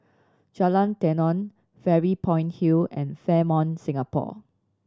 Jalan Tenon Fairy Point Hill and Fairmont Singapore